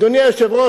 אדוני היושב-ראש,